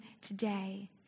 today